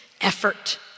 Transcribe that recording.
effort